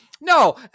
No